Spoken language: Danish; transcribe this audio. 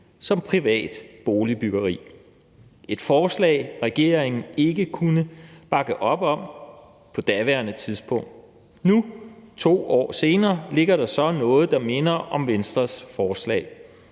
som privat boligbyggeri. Det var et forslag, regeringen ikke kunne bakke op om på daværende tidspunkt. Nu, 2 år senere, ligger der så noget, der minder om Venstres forslag.